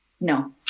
No